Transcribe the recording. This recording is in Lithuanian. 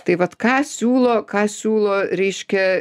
tai vat ką siūlo ką siūlo reiškia